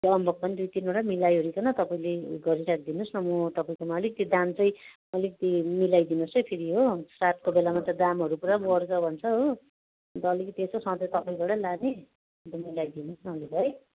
अम्बक पनि दुई तिनवटा मिलाइओरिकन तपाईँले उयो गरी राखिदिनोस् न म तपाईँकोमा अलिकति दाम चाहिँ अलिकति मिलाइदिनोस् है फेरि हो श्राद्धको बेलामा त दामहरू पुरा बड्छ भन्छ हो अन्त अलिकति यसो सधैँ तपाईँकोबाट लाने अन्त मिलाइदिनोस् न अलिक है